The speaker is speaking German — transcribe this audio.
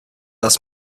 das